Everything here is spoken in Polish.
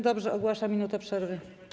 Dobrze, ogłaszam minutę przerwy.